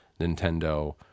Nintendo